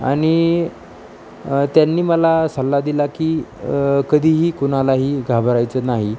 आणि त्यांनी मला सल्ला दिला की कधीही कोणालाही घाबरायचं नाही